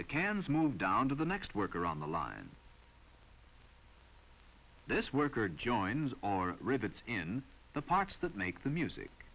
the cans move down to the next worker on the line this worker joins our rivets in the parts that make the music